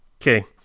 Okay